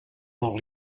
del